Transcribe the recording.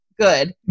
good